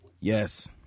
Yes